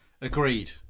Agreed